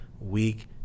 week